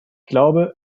glaube